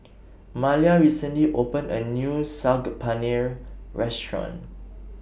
Malia recently opened A New Saag Paneer Restaurant